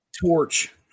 Torch